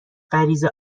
غریزه